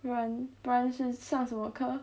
不然不然是上什么课